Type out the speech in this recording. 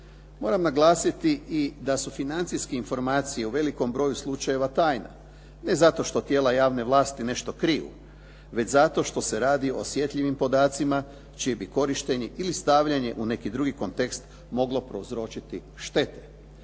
Moram naglasiti da su financijske informacije u velikom broju slučajeva tajna, ne zato što tijela javne vlasti nešto kriju, već zato što se radi o osjetljivim podacima, čije bi korištenje ili stavljanje u neki drugi kontekst moglo prouzročiti štete.